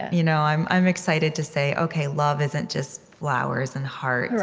you know i'm i'm excited to say, ok, love isn't just flowers and hearts.